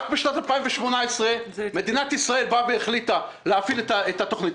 רק בשנת 2018 מדינת ישראל החליטה להפעיל את התכנית